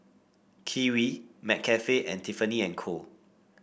Kiwi McCafe and Tiffany And Co